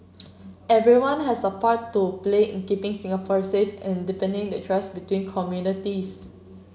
everyone has a part to play in keeping Singapore safe and deepening the trust between communities